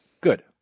good